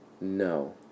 No